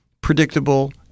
predictable